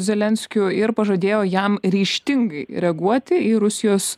zelenskiu ir pažadėjo jam ryžtingai reaguoti į rusijos